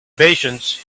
patience